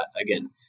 again